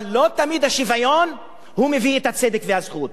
אבל לא תמיד השוויון מביא את הצדק והזכות.